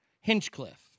Hinchcliffe